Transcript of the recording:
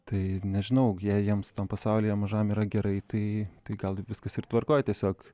tai nežinau jei jiems tam pasaulyje mažam yra gerai tai tai gal viskas ir tvarkoj tiesiog